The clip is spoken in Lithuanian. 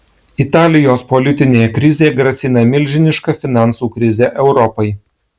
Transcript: italijos politinė krizė grasina milžiniška finansų krize europai